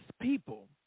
people